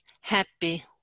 happy